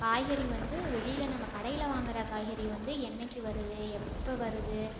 காய்கறி வந்து வெளியில் நம்ம கடையில் வாங்கிற காய்கறி வந்து என்றைக்கு வருது எப்போவருது